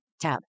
tab